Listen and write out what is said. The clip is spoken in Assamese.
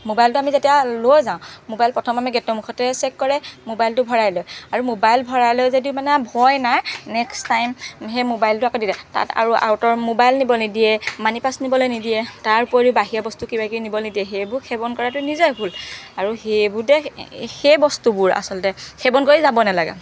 মোবাইলটো আমি যেতিয়া লৈ যাওঁ মোবাইল প্ৰথম আমি গে'টৰ মুখতে চেক কৰে মোবাইলটো ভৰায় লয় আৰু মোবাইল ভৰাই লয় যদিও মানে ভয় নাই নেক্সট টাইম সেই মোবাইলটো আকৌ দি দিয়ে তাত আৰু আউটৰ মোবাইল নিব নিদিয়ে মানি পাৰ্চ নিবলৈ নিদিয়ে তাৰ উপৰিও বাহিৰা বস্তু কিবাকিবি নিবলৈ নিদিয়ে সেইবোৰ সেৱন কৰাতো নিজৰে ভুল আৰু সেইবোৰতে সেই বস্তুবোৰ আচলতে সেৱন কৰি যাব নালাগে